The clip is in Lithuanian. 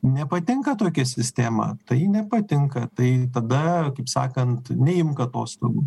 nepatinka tokia sistema tai nepatinka tai tada kaip sakant neimk atostogų